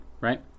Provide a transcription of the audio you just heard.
right